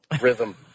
Rhythm